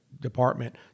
department